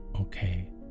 okay